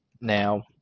now